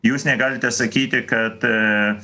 jūs negalite sakyti kad